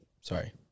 Sorry